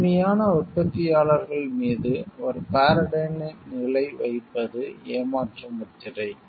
உண்மையான உற்பத்தியாளர்கள் மீது ஒரு பாரடைன் நிலை வைப்பது ஏமாற்று முத்திரை